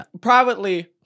privately